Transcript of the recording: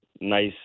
nice